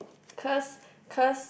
cause cause